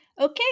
Okay